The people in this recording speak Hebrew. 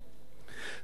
לצערי הרב,